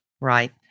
Right